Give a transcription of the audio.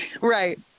right